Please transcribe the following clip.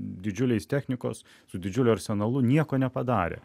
didžiuliais technikos su didžiuliu arsenalu nieko nepadarė